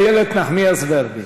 איילת נחמיאס ורבין.